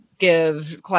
give